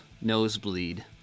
Nosebleed